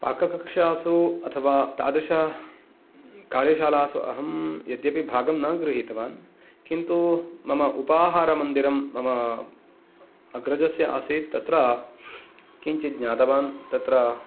पाककक्षासु अथवा तादृश कार्यशालासु अहं यद्यपि भागं न गृहीतवान् किन्तु मम उपाहारमन्दिरं मम अग्रजस्य आसीत् तत्र किञ्चित् ज्ञातवान् तत्र